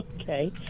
Okay